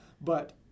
but-